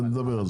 נדבר על זה.